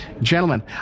Gentlemen